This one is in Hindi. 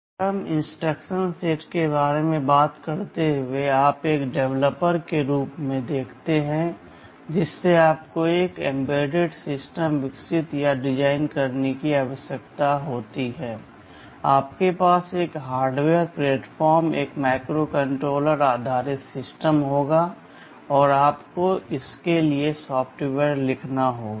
ARM इंस्ट्रक्शन सेट के बारे में बात करते हुए आप एक डेवलपर के रूप में देखते हैं जिससे आपको एक एम्बेडेड सिस्टम विकसित या डिज़ाइन करने की आवश्यकता होती है आपके पास एक हार्डवेयर प्लेटफ़ॉर्म एक माइक्रोकंट्रोलर आधारित सिस्टम होगा और आपको इसके लिए सॉफ्टवेयर लिखना होगा